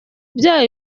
byaba